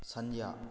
ꯁꯟꯅ꯭ꯌꯥ